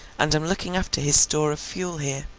and am looking after his store of fuel here